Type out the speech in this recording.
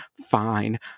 fine